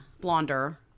Blonder